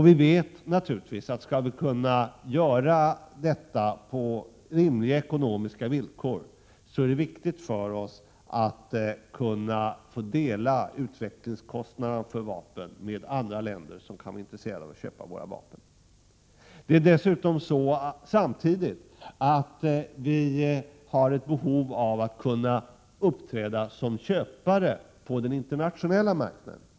Vi vet naturligtvis att om vi skall kunna klara av detta på rimliga ekonomiska villkor, så är det viktigt för oss att kunna få dela utvecklingskostnaderna för vapen med andra länder som kan vara intresserade av att köpa våra vapen. Därtill har vi samtidigt ett behov av att kunna uppträda som köpare på den internationella marknaden.